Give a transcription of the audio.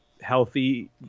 healthy –